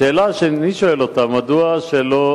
השאלה שאני שואל, מדוע שלא